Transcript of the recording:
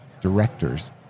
directors